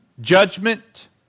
judgment